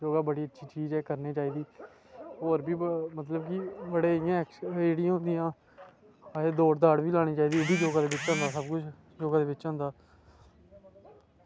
योगा बड़ी अच्छी चीज़ ऐ करनी चाहिदी होर बी मतलब की बड़े इंया जेह्ड़ी होंदियां ऐ आखदे दौड़ बी लानी चाहिदी ते एह्बी योगा दे बिच होंदा सबकिश योगा दे बिच होंदा